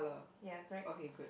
ya correct